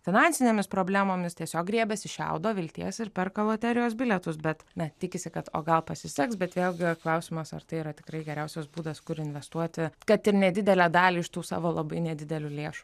finansinėmis problemomis tiesiog griebiasi šiaudo vilties ir perka loterijos bilietus bet ne tikisi kad o gal pasiseks bet vėlgi klausimas ar tai yra tikrai geriausias būdas kur investuoti kad ir nedidelę dalį iš tų savo labai nedidelių lėšų